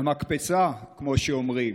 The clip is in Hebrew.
מהמקפצה, כמו שאומרים,